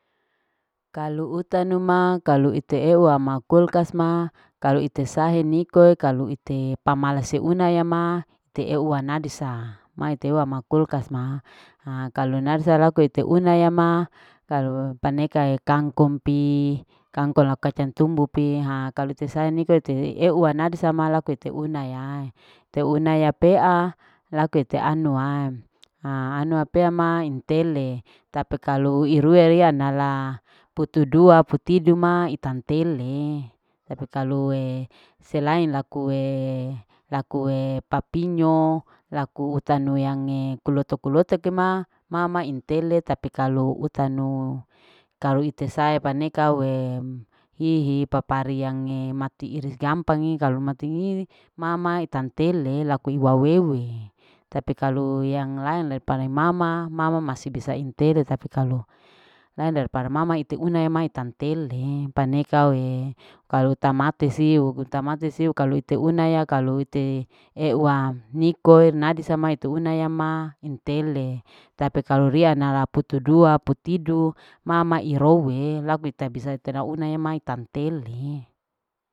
Kalu ite eua ma kulkas maa kalu ite sae niko kalu ite pamalas unae ya ma te eua nadu sa mai teua am kulkas ma ha kalu laku ite una ma kalu panekae ikangkung pi. kangkung la kacang tumbu pi ha kalu te sae niko ite eua nadu laku ite una yaee teuna ya pea laku ite anuae haa anua pea mai intele tapi kalu iurue iyanala tutu dua hutidu ma itan telee tapi kalue selain lakue. lakue papinyo. lakue utanue uto kolote mama intele tapi kalu utanu kalu ite sae paneka aue hihi papari yangee papari yang mati iris gampage tapi kalu matii mamae tantele laku iwa wele tapi kalu yang laen daripada mama. mama masi bisa intere tapi kalu laen daripada mama ite una ya mae tantelee paneka au tamate siu uta mate siu uta mate siu kalu ute una ya ka kalu ute eua nikoe nadi samae ite una ya ma intele tapi kalu ria nala putu dua. putu tidu mama irowe laku ita bisa karna une mai tantelee.